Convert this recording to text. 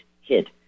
hit